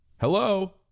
Hello